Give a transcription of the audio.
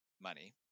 money